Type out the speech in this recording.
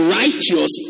righteous